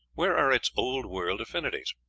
where are its old world affinities?